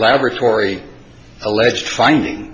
laboratory alleged finding